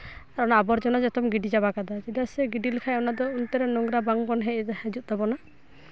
ᱚᱱᱟ ᱟᱵᱚᱨᱡᱚᱱᱟ ᱡᱚᱛᱚᱢ ᱜᱤᱰᱤ ᱪᱟᱵᱟ ᱠᱮᱫᱟ ᱪᱮᱫᱟᱜ ᱥᱮ ᱜᱤᱰᱤ ᱞᱮᱠᱷᱟᱡ ᱚᱱᱟᱫᱚ ᱚᱱᱛᱮᱨᱮ ᱱᱳᱝᱨᱟ ᱵᱟᱝᱵᱚᱱ ᱦᱤᱡᱩᱜ ᱛᱟᱵᱚᱱᱟ